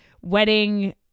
wedding